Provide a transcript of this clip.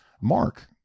mark